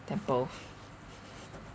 temple